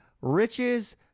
riches